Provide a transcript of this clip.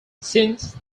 since